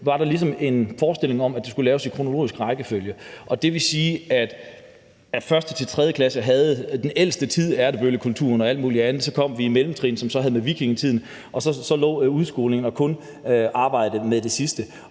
var der ligesom en forestilling om, at det skulle laves i kronologisk rækkefølge, og det vil sige, at 1.-3. klasse havde om den ældste tid, Ertebøllekulturen og alt mulig andet. Så havde man på mellemtrinnet om vikingetiden, og så var det kun i udskolingen, man arbejdede med den sidste